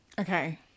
Okay